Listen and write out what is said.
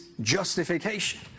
justification